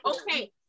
okay